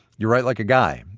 you write like a guy,